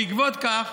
בעקבות זאת,